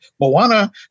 Moana